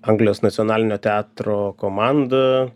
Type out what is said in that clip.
anglijos nacionalinio teatro komanda